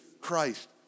Christ